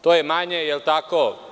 To je manje, je li tako.